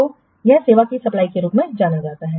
तो यह सेवा की सप्लाई के रूप में जाना जाता है